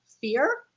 fear